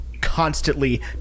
constantly